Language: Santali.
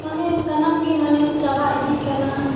ᱢᱟᱱᱮ ᱥᱟᱱᱟᱢ ᱜᱮ ᱢᱟᱱᱮ ᱪᱟᱵᱟ ᱤᱫᱤᱜ ᱠᱟᱱᱟ